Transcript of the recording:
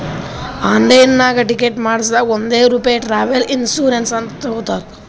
ಆನ್ಲೈನ್ನಾಗ್ ಟಿಕೆಟ್ ಮಾಡಸಾಗ್ ಒಂದ್ ರೂಪೆ ಟ್ರಾವೆಲ್ ಇನ್ಸೂರೆನ್ಸ್ ಅಂತ್ ತಗೊತಾರ್